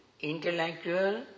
intellectual